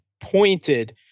pointed